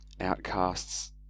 Outcasts